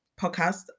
podcast